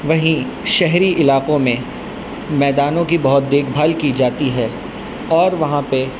وہیں شہری علاقوں میں میدانوں کی بہت دیکھ بھال کی جاتی ہے اور وہاں پہ